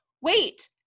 wait